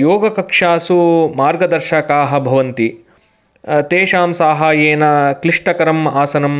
योगकक्षासु मार्गदर्शकाः भवन्ति तेषां साहाय्येन क्लिष्टकरम् आसनं